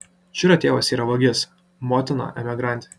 čiro tėvas yra vagis motina emigrantė